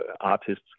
artists